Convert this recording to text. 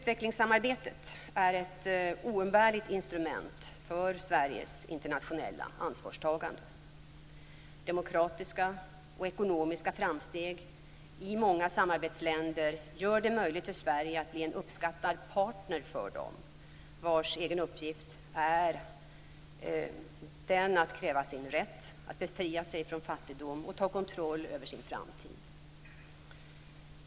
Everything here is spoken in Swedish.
Utvecklingssamarbetet är ett oumbärligt instrument för Sveriges internationella ansvarstagande. Demokratiska och ekonomiska framsteg i många samarbetsländer gör det möjligt för Sverige att bli en uppskattad partner för dem vars egen uppgift det är att kräva sin rätt, att befria sig från fattigdom och ta kontroll över sin framtid.